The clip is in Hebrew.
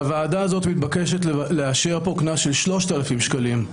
והוועדה הזאת מתבקשת לאשר פה קנס של 3,000 שקלים.